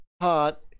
hot